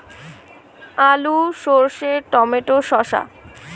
আলু সর্ষে টমেটো শসা